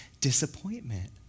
disappointment